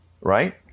right